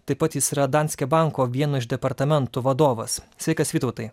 taip pat jis yra danske banko vieno iš departamentų vadovas sveikas vytautai